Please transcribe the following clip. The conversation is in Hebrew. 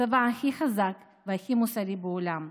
הצבא הכי חזק והכי מוסרי בעולם.